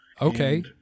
Okay